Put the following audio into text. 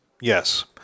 Yes